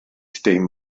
dim